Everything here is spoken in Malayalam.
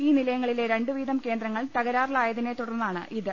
ഈ നിലയങ്ങളിലെ രണ്ടു വീതം കേന്ദ്രങ്ങൾ തകരാറിലായതിനെ തുടർന്നാണിത്